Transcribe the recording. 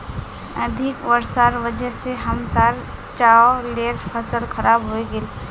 अधिक वर्षार वजह स हमसार चावलेर फसल खराब हइ गेले